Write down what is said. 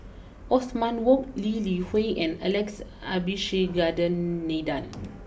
Othman Wok Lee Li Hui and Alex Abisheganaden